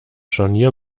scharnier